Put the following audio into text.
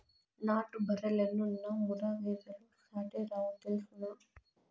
నాటు బర్రెలెన్నున్నా ముర్రా గేదెలు సాటేరావు తెల్సునా